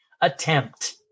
attempt